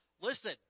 Listen